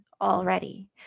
already